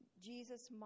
Jesus